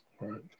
Right